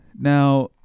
Now